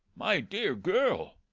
my dear girl!